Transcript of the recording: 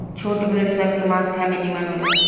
छोट भेड़ सन के मांस खाए में निमन होला